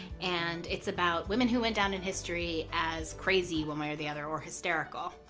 and it's about women who went down in history as crazy, one way or the other, or hysterical.